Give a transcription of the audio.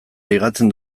ligatzen